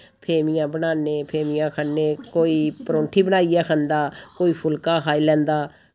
फेवियां बनान्ने फेवियां खन्ने कोई परौंठी बनाइयै खंदा कोई फुल्का खाई लैंदा